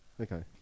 Okay